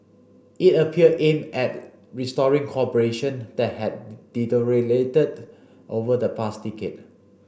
it appeared aimed at restoring cooperation that had deteriorated over the past decade